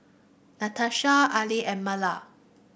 Natasha Carli and Marla